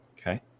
Okay